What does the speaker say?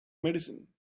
medicine